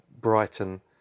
Brighton